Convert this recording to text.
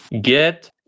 Get